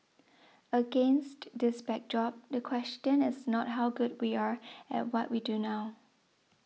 against this backdrop the question is not how good we are at what we do now